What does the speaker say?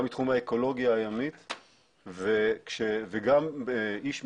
עם משרד האנרגיה ועם המשרד להגנת הסביבה,